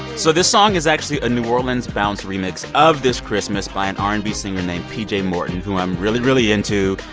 so this song is actually a new orleans bounce remix of this christmas by an r and b singer named pj morton, who i'm really, really into.